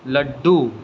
laddoo